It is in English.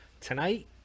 tonight